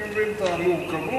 אני מבין את המורכבות,